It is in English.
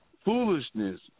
Foolishness